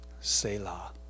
Selah